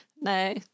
No